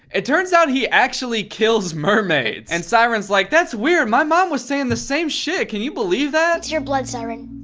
it turns out he actually kills mermaids. and siren's like, that's weird. my mom was saying the same shit. can you believe that? it's your blood, siren.